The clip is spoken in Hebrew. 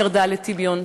ירד לטמיון.